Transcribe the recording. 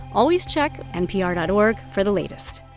always check npr dot org for the latest